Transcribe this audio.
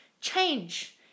change